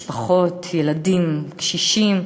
משפחות, ילדים, קשישים,